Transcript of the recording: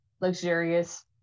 luxurious